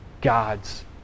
God's